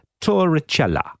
Torricella